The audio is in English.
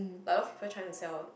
like a lot of people trying to sell